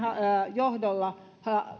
johdolla